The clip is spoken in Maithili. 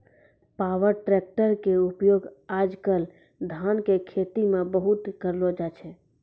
पावर ट्रैक्टर के उपयोग आज कल धान के खेती मॅ बहुत करलो जाय छै